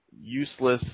useless